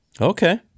Okay